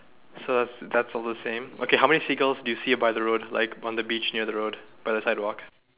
so that's that's all the same okay how many seagulls do you see by the road like on the beach near the road by the sidewalk